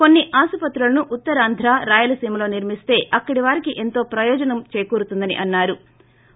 కొన్ని ఆసుపత్రులను ఉత్తరాంద్ర రాయలసీమలో నిర్మిస్తే అక్కడి వారికి ఎంతో ప్రయోజనం చేకూరుతుందని అన్నారు